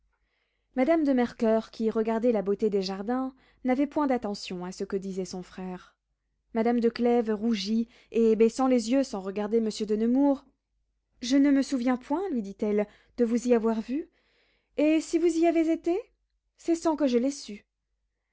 madame de mercoeur qui regardait la beauté des jardins n'avait point d'attention à ce que disait son frère madame de clèves rougit et baissant les yeux sans regarder monsieur de nemours je ne me souviens point lui dit-elle de vous y avoir vu et si vous y avez été c'est sans que je l'aie su